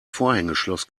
vorhängeschloss